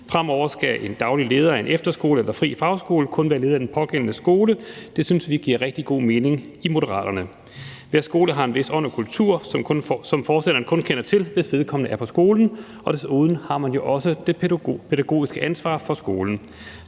Fremover skal en daglig leder af en efterskole eller fri fagskole kun være leder af den pågældende skole. Det synes vi giver rigtig god mening i Moderaterne. Hver skole har en vis ånd og kultur, som forstanderen kun kender til, hvis vedkommende er på skolen. Desuden har man jo også det pædagogiske ansvar for skolen.